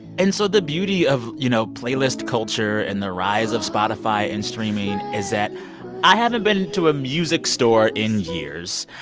and so the beauty of, you know, playlist culture and the rise of spotify and streaming is that i haven't been to a music store in years.